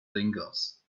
lingers